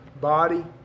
body